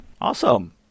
Awesome